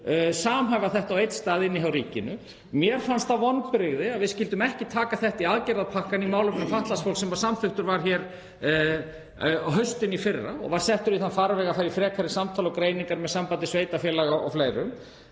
samhæfa þetta á einum stað hjá ríkinu. Mér fundust það vonbrigði að við skyldum ekki taka þetta í aðgerðapakka í málefnum fatlaðs fólks sem samþykktur var hér á haustönn í fyrra og var settur í þann farveg að fara í frekari samtal og greiningar með Sambandi íslenskra sveitarfélaga og fleirum.